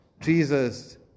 Jesus